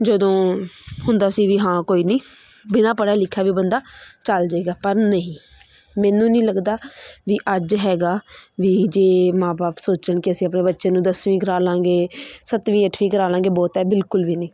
ਜਦੋਂ ਹੁੰਦਾ ਸੀ ਵੀ ਹਾਂ ਕੋਈ ਨਹੀਂ ਬਿਨਾਂ ਪੜ੍ਹਿਆ ਲਿਖਿਆ ਵੀ ਬੰਦਾ ਚੱਲ ਜਾਏਗਾ ਪਰ ਨਹੀਂ ਮੈਨੂੰ ਨਹੀਂ ਲੱਗਦਾ ਵੀ ਅੱਜ ਹੈਗਾ ਵੀ ਜੇ ਮਾਂ ਬਾਪ ਸੋਚਣ ਕਿ ਅਸੀਂ ਆਪਣੇ ਬੱਚੇ ਨੂੰ ਦਸਵੀਂ ਕਰਾ ਲਾਂਗੇ ਸੱਤਵੀਂ ਅੱਠਵੀਂ ਕਰਾ ਲਾਂਗੇ ਬਹੁਤ ਹੈ ਬਿਲਕੁਲ ਵੀ ਨਹੀਂ